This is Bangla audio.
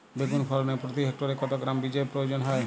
বেগুন ফলনে প্রতি হেক্টরে কত গ্রাম বীজের প্রয়োজন হয়?